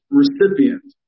recipient